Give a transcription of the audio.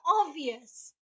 obvious